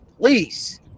please